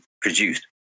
produced